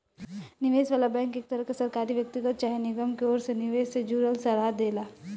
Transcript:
निवेश वाला बैंक एक तरह के सरकारी, व्यक्तिगत चाहे निगम के ओर से निवेश से जुड़ल सलाह देला